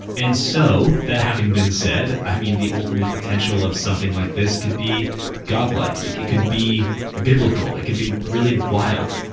and so that having been said, i mean, the ultimate potential of something like this could be godlike. it could be biblical, it could be really wild.